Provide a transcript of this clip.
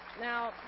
Now